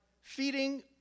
feeding